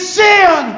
sin